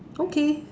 okay